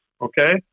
okay